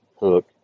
Hook